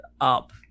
up